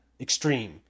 extreme